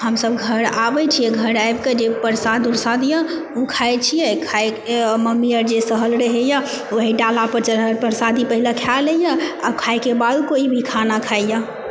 हमसब घर आबै छियै घर आबि कऽ जे प्रसाद उरसाद यऽ ओ खाइ छियै खाइ मम्मी आर जे सहल रहैय वही डाला पर चढ़ल प्रसादी पहिले खए लैया आ खाइके बाद कोइ भी खाना खाइ यऽ